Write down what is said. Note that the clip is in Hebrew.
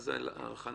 מה זה הארכה נוספת?